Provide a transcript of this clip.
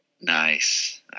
Nice